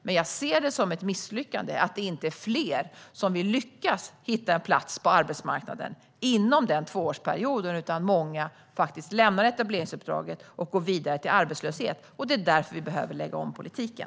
Men jag ser det som ett misslyckande att vi inte lyckas hitta en plats på arbetsmarknaden åt fler människor inom den tvåårsperioden. Många lämnar etableringsuppdraget och går vidare till arbetslöshet. Det är därför vi behöver lägga om politiken.